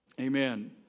Amen